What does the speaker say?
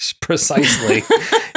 precisely